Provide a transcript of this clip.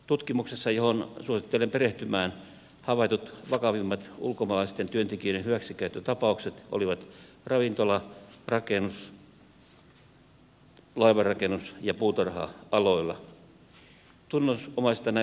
tutkimuksessa johon suosittelen perehtymään havaitut vakavimmat ulkomaalaisten työntekijöiden hyväksikäyttötapaukset olivat ravintola rakennus laivanrakennus ja puutarha aloilla